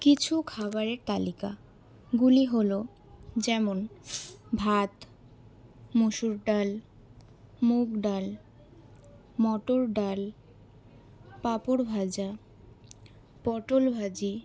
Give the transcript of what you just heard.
কিছু খাবারের তালিকাগুলি হলো যেমন ভাত মুসুর ডাল মুগ ডাল মটর ডাল পাপড় ভাজা পটল ভাজি